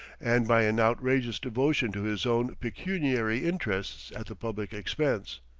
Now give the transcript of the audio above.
and by an outrageous devotion to his own pecuniary interests at the public expense.